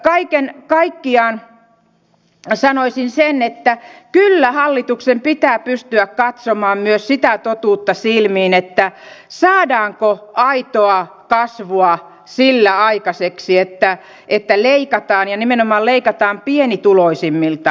kaiken kaikkiaan sanoisin että kyllä hallituksen pitää pystyä katsomaan myös sitä totuutta silmiin saadaanko aitoa kasvua sillä aikaiseksi että leikataan ja nimenomaan leikataan pienituloisimmilta